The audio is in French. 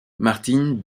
martin